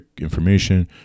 information